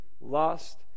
lust